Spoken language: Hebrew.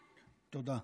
תודה.